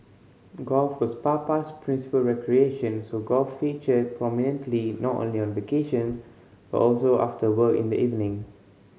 golf was Papa's principal recreation so golf featured prominently not only on vacations but also after work in the evening